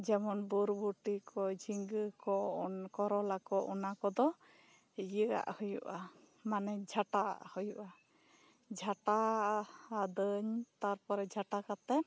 ᱡᱮᱢᱚᱱ ᱵᱩᱨᱵᱷᱩᱴᱤ ᱠᱚ ᱡᱷᱤᱸᱜᱟᱹ ᱠᱚ ᱠᱚᱨᱚᱞᱟ ᱠᱚ ᱫᱚ ᱚᱱᱟ ᱠᱚᱫᱚ ᱤᱭᱟᱹᱣᱟᱜ ᱦᱩᱭᱩᱜᱼᱟ ᱢᱟᱱᱮ ᱡᱷᱟᱴᱟ ᱦᱩᱭᱩᱜᱼᱟ ᱡᱷᱟᱴᱟ ᱟᱹᱫᱟᱹᱧ ᱛᱟᱨᱯᱚᱨᱮ ᱡᱷᱟᱴᱟ ᱠᱟᱛᱮᱜ